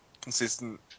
consistent